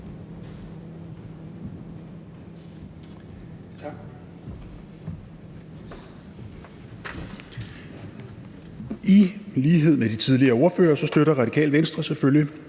I lighed med de tidligere ordførere støtter Radikale Venstre selvfølgelig